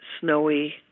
snowy